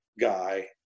guy